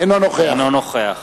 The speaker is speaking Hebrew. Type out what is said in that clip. אינו נוכח